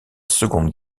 seconde